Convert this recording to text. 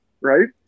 right